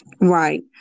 Right